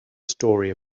story